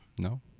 No